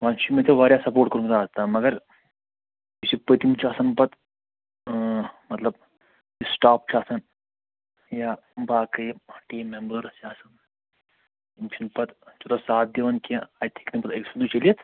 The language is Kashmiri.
وۄنۍ چھِ مےٚ ژےٚ واریاہ سپوٹ کوٚرمُت اَزتام مگر یُس یہِ پٔتِم چھُ آسان پتہٕ مطلب یُس سِٹاف چھُ آسان یا باقٕے یِم ٹیٖم ممبرٲرٕس چھِ آسان یِم چھِنہٕ پتہٕ تیوٗتاہ ساتھ دِوان کیٚنٛہہ اَتہِ ہیٚکہِ نہٕ پتہٕ أکۍ سُنٛدُے چٔلِتھ